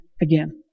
again